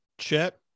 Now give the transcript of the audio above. Chet